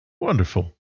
Wonderful